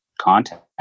contact